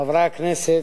חברי הכנסת,